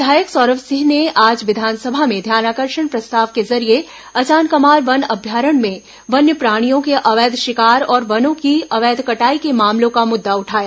विधायक सौरभ सिंह ने आज विधानसभा में ध्यानाकर्षण प्रस्ताव के जरिये अचानकमार वन अभयारण्य में वन्य प्राणियों के अवैध अवैध कटाई के मामलों का मुद्दा उठाया